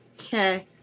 Okay